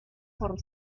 por